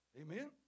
Amen